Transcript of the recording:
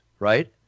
Right